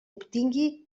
obtingui